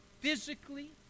physically